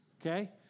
okay